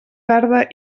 tarda